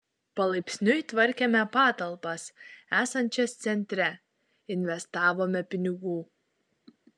palaipsniui tvarkėme patalpas esančias centre investavome pinigų